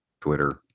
Twitter